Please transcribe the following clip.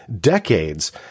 decades